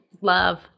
Love